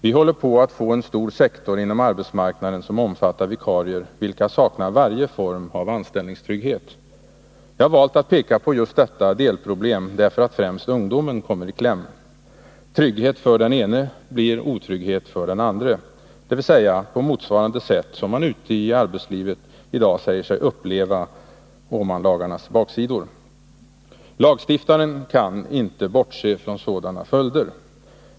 Vi håller på att få en stor sektor inom arbetsmarknaden som omfattar vikarier, vilka saknar varje form av anställningstrygghet. Jag har valt att peka på just detta delproblem därför att främst ungdomen kommer i kläm. Trygghet för den ena blir otrygghet för den andra — dvs. på motsvarande sätt som man ute i arbetslivet säger sig uppleva Åmanlagarnas baksidor. Lagstiftaren kan inte bortse från sådana följder.